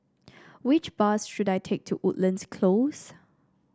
which bus should I take to Woodlands Close